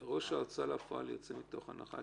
אז אומרים: יין ככל שהוא מתיישן, הוא משתבח.